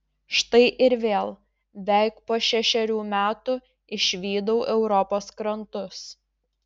štai ir vėl veik po šešerių metų išvydau europos krantus